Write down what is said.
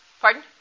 Pardon